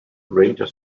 ranger